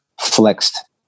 flexed